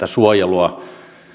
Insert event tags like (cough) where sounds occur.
(unintelligible) suojelua